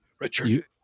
Richard